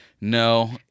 No